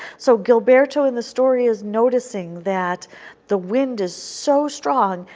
so gilberto in the story is noticing that the wind is so strong,